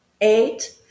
eight